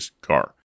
car